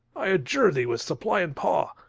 i adjure thee with suppliant paw.